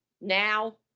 Now